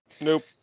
Nope